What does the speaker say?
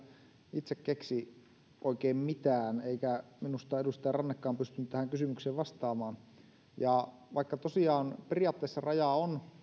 itse keksi oikein mitään eikä minusta edustaja rannekaan pystynyt tähän kysymykseen vastaamaan vaikka tosiaan periaatteessa raja on